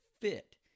fit